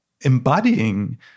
embodying